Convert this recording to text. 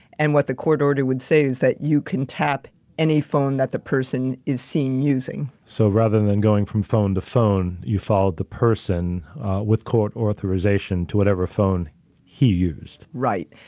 and what the court order would say is that you can tap any phone that the person is seeing usingrosenberg so, rather than going from phone to phone, you follow the person with court authorization to whatever phone he used. right.